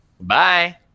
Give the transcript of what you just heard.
Bye